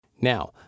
Now